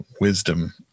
wisdom